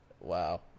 Wow